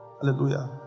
Hallelujah